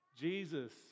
Jesus